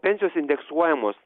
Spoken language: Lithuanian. pensijos indeksuojamos